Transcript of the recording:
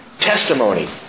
testimony